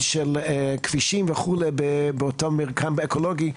של כבישים וכו' באותו מרקם אקולוגי.